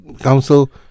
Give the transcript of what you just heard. Council